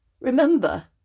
Remember